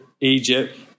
Egypt